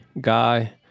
guy